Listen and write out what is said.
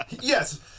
Yes